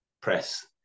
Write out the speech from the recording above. press